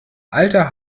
alter